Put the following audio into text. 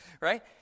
right